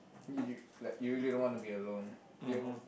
you like you really don't want to be alone you